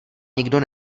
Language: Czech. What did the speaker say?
nikdo